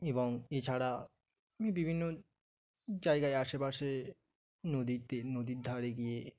এবং এছাড়া আমি বিভিন্ন জায়গায় আশেপাশে নদীতে নদীর ধারে গিয়ে